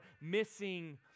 missing